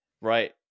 right